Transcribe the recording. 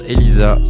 Elisa